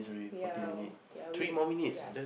yeah yeah yeah